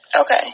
Okay